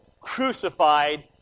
crucified